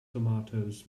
tomatoes